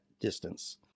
distance